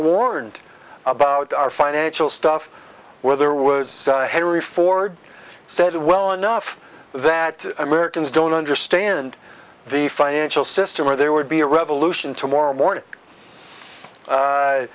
warned about our financial stuff where there was henry ford said it well enough that americans don't understand the financial system or there would be a revolution tomorrow morning